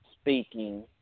speaking